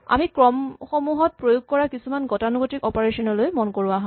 আমি ক্ৰমসমূহত প্ৰয়োগ কৰা কিছুমান গতানুগতিক অপাৰেচনলৈ মন কৰো আহাঁ